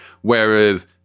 Whereas